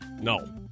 No